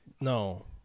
No